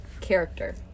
character